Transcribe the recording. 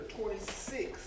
26